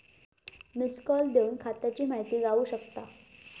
missed call देवन खात्याची माहिती गावू शकता